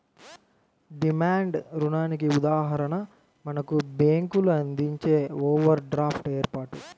demand రుణానికి ఉదాహరణ మనకు బ్యేంకులు అందించే ఓవర్ డ్రాఫ్ట్ ఏర్పాటు